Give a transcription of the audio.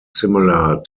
similar